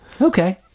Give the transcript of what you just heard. Okay